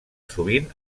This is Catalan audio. sovint